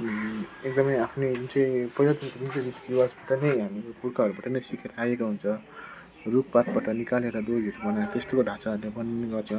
एकदमै आफ्नै जुन चाहिँ पहिलोचोटि जुन चाहिँ हामीले पुर्खाहरूबाट नै सिकेर आएका हुन्छ रुखपातबाट निकालेर डोरीहरू बनाएर त्यस्तो ढाँचाहरूले बनिने गर्छ